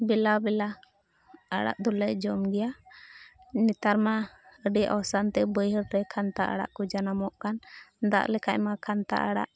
ᱵᱮᱞᱟ ᱵᱮᱞᱟ ᱟᱲᱟᱜ ᱫᱚᱞᱮ ᱡᱚᱢ ᱜᱮᱭᱟ ᱱᱮᱛᱟᱨ ᱢᱟ ᱟᱹᱰᱤ ᱚᱥᱟᱱᱛᱤ ᱵᱟᱹᱭᱦᱟᱹᱲ ᱨᱮ ᱠᱷᱟᱱᱛᱟ ᱟᱲᱟᱜ ᱠᱚ ᱡᱟᱱᱟᱢᱚᱜ ᱠᱟᱱ ᱫᱟᱜ ᱞᱮᱠᱷᱟᱡ ᱢᱟ ᱠᱷᱟᱱᱛᱟ ᱟᱲᱟᱜ